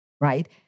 Right